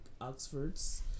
Oxfords